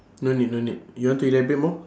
no need no need you want to elaborate more